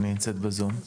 היא נמצאת בזום.